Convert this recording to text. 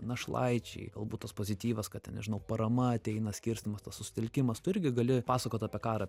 našlaičiai galbūt tas pozityvas kad ten nežinau parama ateina skirstymas tas susitelkimas tu irgi gali pasakot apie karą